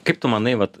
kaip tu manai vat